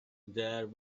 there